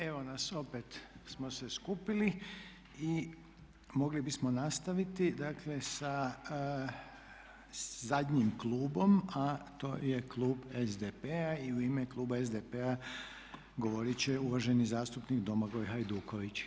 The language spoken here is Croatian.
Evo nas, opet smo se skupili i mogli bismo nastaviti dakle sa zadnjim klubom, to je klub SDP-a i u ime kluba SDP-a govoriti će uvaženi zastupnik Domagoj Hajduković.